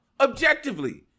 Objectively